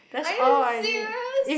are you serious